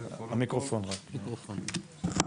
בבקשה.